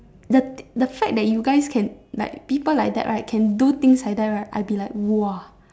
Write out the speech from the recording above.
the the fact that you guys can like people like that right can do things like that right I be like !wah!